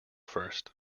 first